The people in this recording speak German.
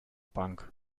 bank